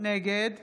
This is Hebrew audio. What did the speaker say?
נגד